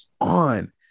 on